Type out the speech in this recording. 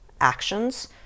actions